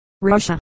Russia